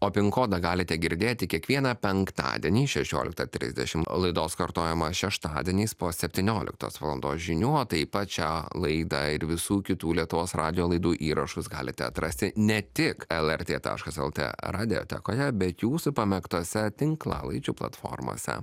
o pinkodą galite girdėti kiekvieną penktadienį šešioliktą trisdešim laidos kartojimą šeštadieniais po setynioliktos valandos žinių taip pat šią laidą ir visų kitų lietuvos radijo laidų įrašus galite atrasti ne tik lrt taškas lt radiatekoje bet jūsų pamėgtuose tinklalaidžių platformose